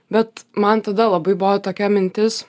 bet man tada labai buvo tokia mintis